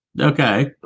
Okay